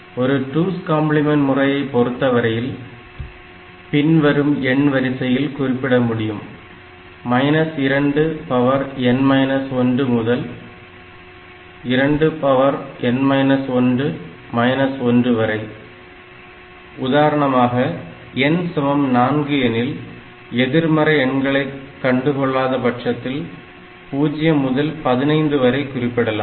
ஒரு 2's complement முறையைப் பொறுத்த வரையில் பின்வரும் எண் வரிசையில் குறிப்பிடமுடியும் 2n 1 முதல் 2n 1 1வரை உதாரணமாக n சமம் 4 எனில் எதிர்மறை எண்களை கண்டு கொள்ளாத பட்சத்தில் 0 முதல் 15 வரை குறிப்பிடலாம்